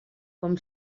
com